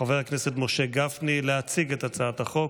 חבר הכנסת משה גפני, להציג את הצעת החוק.